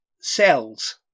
cells